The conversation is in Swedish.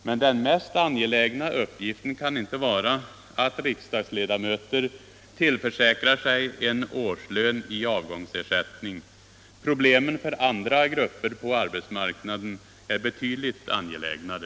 Men den mest angelägna uppgiften kan inte vara att riksdagsledamöter tillförsäkrar sig en årslön i avgångsersättning. Problemen för andra grupper på arbetsmarknaden är betydligt angelägnare.